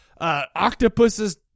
octopuses